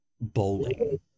bowling